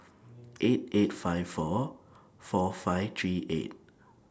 eight eight five four four five three eight